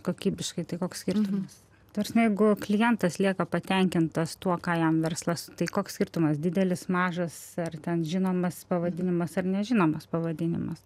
kokybiškai tai koks skirtumas prasme jeigu klientas lieka patenkintas tuo ką jam verslas tai koks skirtumas didelis mažas ar ten žinomas pavadinimas ar nežinomas pavadinimas